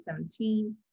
2017